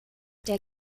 der